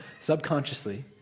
subconsciously